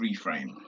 reframe